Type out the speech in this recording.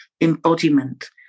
embodiment